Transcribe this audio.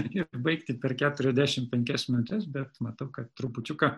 reikėtų baigti per keturiasdešimt penkias minutes bet matau kad trupučiuką